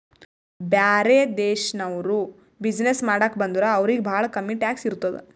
ಬ್ಯಾರೆ ದೇಶನವ್ರು ಬಿಸಿನ್ನೆಸ್ ಮಾಡಾಕ ಬಂದುರ್ ಅವ್ರಿಗ ಭಾಳ ಕಮ್ಮಿ ಟ್ಯಾಕ್ಸ್ ಇರ್ತುದ್